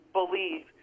believe